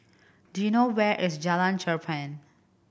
do you know where is Jalan Cherpen